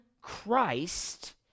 Christ